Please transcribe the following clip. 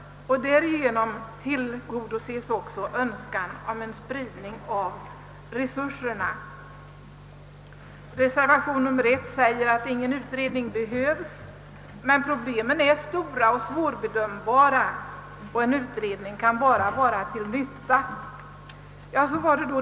Därigenom tillgodoses ju också önskningarna om en spridning av resurserna. I reservation 1 säges att ingen utredning behövs, men problemen är stora och svårbedömbara, och en utredning kan bara vara till nytta.